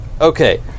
Okay